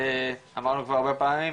אמרנו הרבה פעמים,